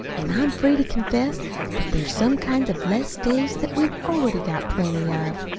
an' i'm free to confess that there's some kinds of less days that we've already got plenty of,